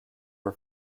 her